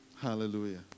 Hallelujah